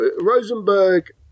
Rosenberg